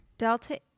Delta